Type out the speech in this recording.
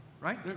right